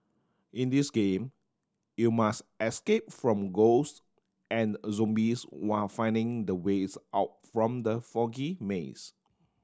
in this game you must escape from ghost and zombies while finding the ways out from the foggy maze